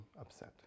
upset